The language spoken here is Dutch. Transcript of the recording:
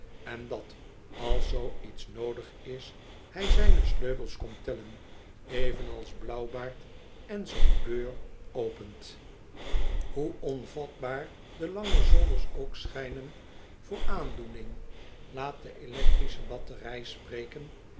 en dat als zoo iets noodig is hij zyne sleutels komt tellen evenals blauwbaard en zoo'n deur opent hoe onvatbaar de lange zolders ook schijnen voor aandoening laat de electrische batterij spreken